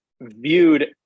viewed